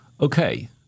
Okay